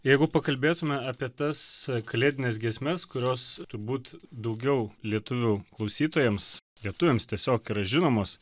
jeigu pakalbėtume apie tas kalėdines giesmes kurios turbūt daugiau lietuvių klausytojams lietuviams tiesiog yra žinomos